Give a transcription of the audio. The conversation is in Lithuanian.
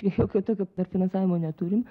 jokio tokio per finansavimo neturim